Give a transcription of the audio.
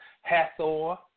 Hathor